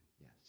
Yes